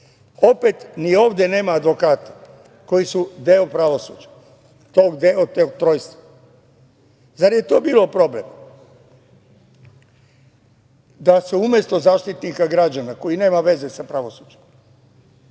Opet ni ovde nema advokata koji su deo pravosuđa, deo tog trojstva. Zar je to bio problem da se umesto Zaštitnika građana koji nema veze sa pravosuđem,